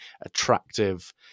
attractive